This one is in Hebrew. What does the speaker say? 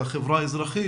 לחברה האזרחית,